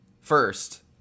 first